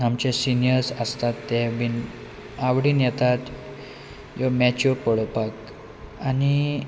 आमचे सिनियर्स आसतात ते बी आवडीन येतात मॅच्यो पळोवपाक आनी